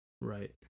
Right